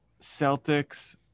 Celtics